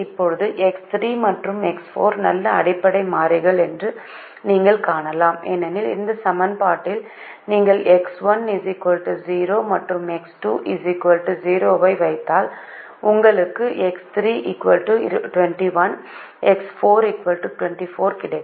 இப்போது எக்ஸ் 3 மற்றும் எக்ஸ் 4 நல்ல அடிப்படை மாறிகள் என்று நீங்கள் காணலாம் ஏனெனில் இந்த சமன்பாட்டில் நீங்கள் எக்ஸ் 1 0 மற்றும் எக்ஸ் 2 0 ஐ வைத்தால் உங்களுக்கு எக்ஸ் 3 21 எக்ஸ் 4 24 கிடைக்கும்